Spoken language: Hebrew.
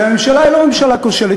כי הממשלה היא לא ממשלה כושלת,